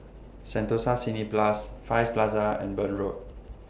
Sentosa Cineblast Far East Plaza and Burn Road